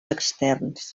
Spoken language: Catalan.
externs